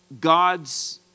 God's